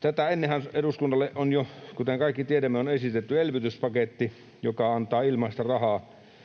Tätä ennenhän eduskunnalle on jo, kuten kaikki tiedämme, esitetty elvytyspaketti, joka antaa ilmaista rahaa